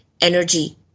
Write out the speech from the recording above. energy